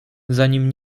zanim